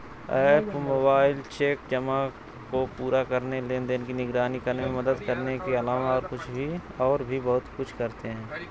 app mobile check जमा को पूरा करने, लेनदेन की निगरानी करने में मदद करने के अलावा और भी बहुत कुछ करते हैं